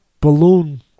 balloon